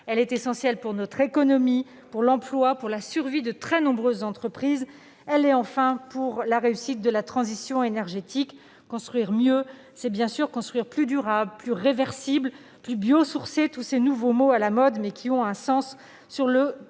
également essentielle pour notre économie, l'emploi et la survie de nombreuses entreprises. Elle l'est enfin pour réussir la transition énergétique. Construire mieux, c'est bien sûr construire plus durable, plus réversible, plus biosourcé- tous ces nouveaux mots qui sont à la mode, mais qui ont un sens pour le « vivre